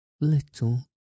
little